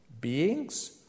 beings